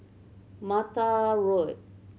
Mattar Road